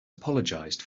apologized